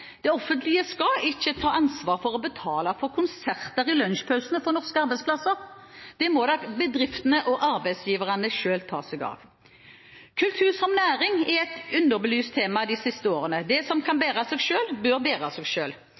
Det offentlige skal ikke ta ansvar for å betale for konserter i lunsjpausene på norske arbeidsplasser. Det må bedriftene og arbeidsgiverne selv ta seg av. Kultur som næring er et underbelyst tema de siste årene. Det som kan bære seg selv, bør bære seg selv. Vi vil overlate til markedet det markedet faktisk kan ta seg